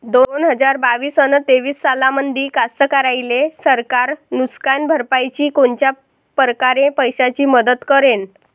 दोन हजार बावीस अस तेवीस सालामंदी कास्तकाराइले सरकार नुकसान भरपाईची कोनच्या परकारे पैशाची मदत करेन?